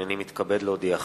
הנני מתכבד להודיעכם,